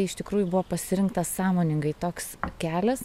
tai iš tikrųjų buvo pasirinktas sąmoningai toks kelias